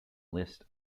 list